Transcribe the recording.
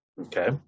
Okay